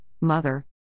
Mother